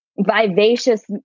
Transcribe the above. vivacious